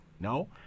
No